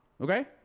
Okay